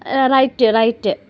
right right